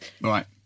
Right